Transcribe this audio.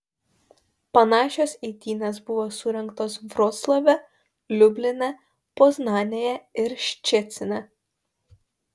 panašios eitynės buvo surengtos vroclave liubline poznanėje ir ščecine